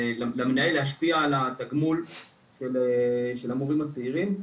למנהל להשפיע על התגמול של המורים הצעירים.